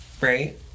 Right